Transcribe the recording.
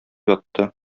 ятты